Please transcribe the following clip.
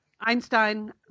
Einstein